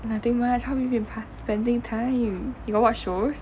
nothing much how have you been pas~ spending time you got watch shows